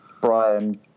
brian